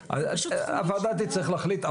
הוועדה תצטרך להחליט.